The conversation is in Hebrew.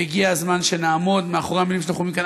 והגיע הזמן שנעמוד מאחורי המילים שאנחנו אומרים כאן.